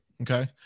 Okay